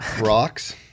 rocks